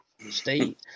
State